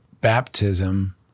baptism